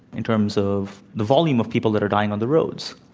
in terms of the volume of people that are dying on the roads.